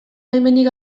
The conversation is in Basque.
baimenik